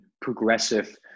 progressive